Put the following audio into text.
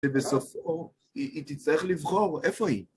ובסופו, היא תצטרך לבחור איפה היא.